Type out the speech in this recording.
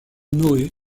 noé